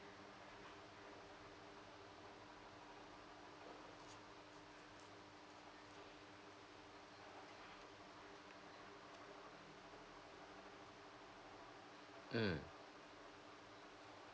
mm